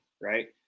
right